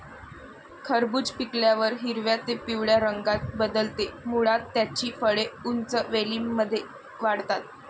खरबूज पिकल्यावर हिरव्या ते पिवळ्या रंगात बदलते, मुळात त्याची फळे उंच वेलींमध्ये वाढतात